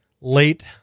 Late